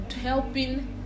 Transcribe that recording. helping